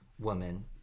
woman